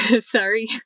Sorry